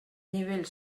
nivell